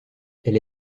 elle